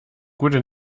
gute